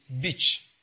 beach